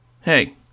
Hey